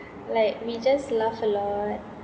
like we just laugh a lot